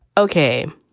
okay,